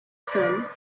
sun